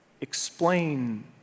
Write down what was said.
explain